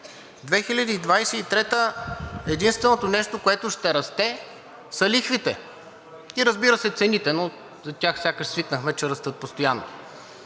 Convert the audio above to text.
единственото нещо, което ще расте, са лихвите, и разбира се, цените, но за тях сякаш свикнахме, че растат постоянно.